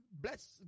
bless